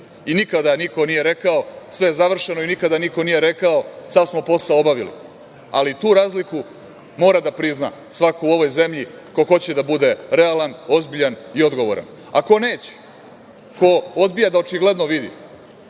i nikada niko nije rekao da je sve završeno i nikada niko nije rekao – sav smo posao obavili. Ali, tu razliku mora da prizna svako u ovoj zemlji ko hoće da bude realan, ozbiljan i odgovoran.A ko neće, ko odbija da očigledno vidi,